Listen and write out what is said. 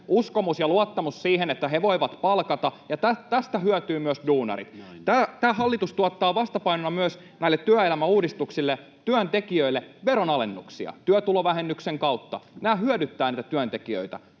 uskomus ja luottamus siihen, että he voivat palkata, ja tästä hyötyvät myös duunarit. Tämä hallitus tuottaa vastapainona näille työelämän uudistuksille, myös työntekijöille, veronalennuksia työtulovähennyksen kautta. Nämä hyödyttävät niitä työntekijöitä.